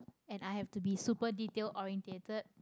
and i have to be super detail orientated